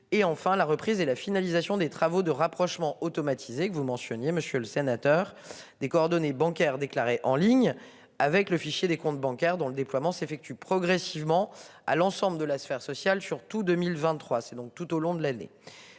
et enfin la reprise et la finalisation des travaux de rapprochement automatisé que vous mentionniez, monsieur le sénateur des coordonnées bancaires déclarés en ligne avec le fichier des comptes bancaires dont le déploiement s'effectue progressivement à l'ensemble de la sphère sociale sur surtout 2023 c'est donc tout au long de l'année